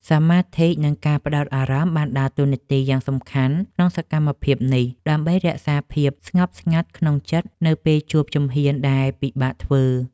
សមាធិ និងការផ្ដោតអារម្មណ៍បានដើរតួនាទីយ៉ាងសំខាន់ក្នុងសកម្មភាពនេះ ដើម្បីរក្សាភាពស្ងប់ស្ងាត់ក្នុងចិត្តនៅពេលជួបជំហានដែលពិបាកធ្វើ។